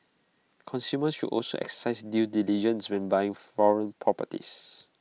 consumers should also exercise due diligence when buying foreign properties